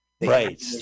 right